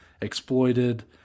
exploited